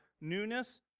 newness